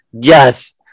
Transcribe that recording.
Yes